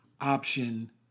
option